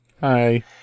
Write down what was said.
Hi